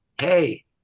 hey